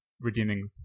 redeeming